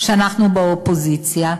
שאנחנו באופוזיציה,